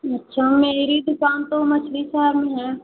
अच्छा मेरी दुकान तो मछली शहर में है